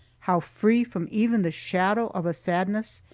how free from even the shadow of a sadness,